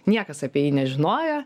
niekas apie jį nežinojo